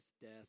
death